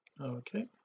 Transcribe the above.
okay